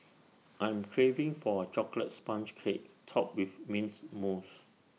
I am craving for A Chocolate Sponge Cake Topped with Mint Mousse